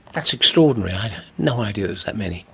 that's extraordinary, i had no idea it was that many.